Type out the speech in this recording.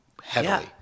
heavily